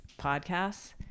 podcasts